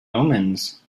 omens